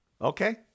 Okay